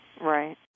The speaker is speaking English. Right